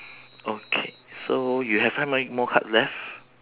okay so you have how many more cards left